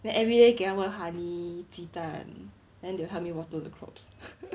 then everyday 给他们 honey 鸡蛋 then they will help me water the crops